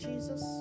Jesus